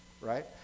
Right